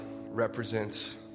represents